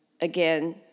again